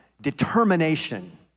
determination